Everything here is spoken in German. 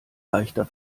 leichter